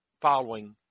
following